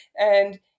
And-